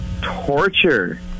torture